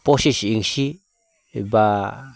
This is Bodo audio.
पसिस इन्सि एबा